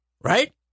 Right